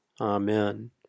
Amen